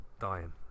dying